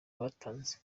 batanze